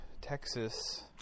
Texas